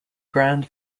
grand